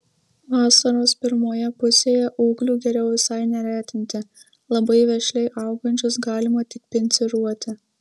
vasaros pirmoje pusėje ūglių geriau visai neretinti labai vešliai augančius galima tik pinciruoti